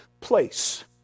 place